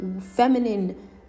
feminine